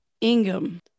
Ingham